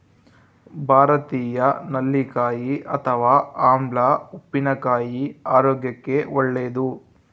ಭಾರತೀಯ ನೆಲ್ಲಿಕಾಯಿ ಅಥವಾ ಆಮ್ಲ ಉಪ್ಪಿನಕಾಯಿ ಆರೋಗ್ಯಕ್ಕೆ ಒಳ್ಳೇದು